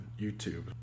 YouTube